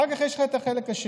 אחר כך יש לך את החלק השני.